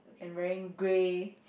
and wearing grey